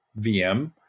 VM